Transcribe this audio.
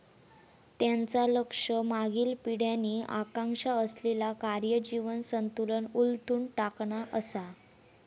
त्यांचा लक्ष मागील पिढ्यांनी आकांक्षा असलेला कार्य जीवन संतुलन उलथून टाकणा असा